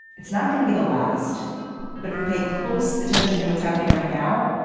it's not going to be the last but if we pay close attention to what's happening right now,